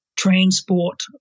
transport